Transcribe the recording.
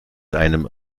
einem